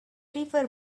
river